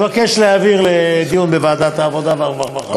מבקש להעביר לדיון בוועדת העבודה והרווחה.